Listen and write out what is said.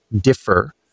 differ